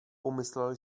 pomyslel